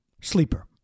Sleeper